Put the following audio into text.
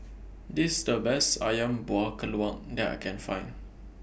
This The Best Ayam Buah Keluak that I Can Find